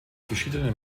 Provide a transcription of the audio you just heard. verschiedene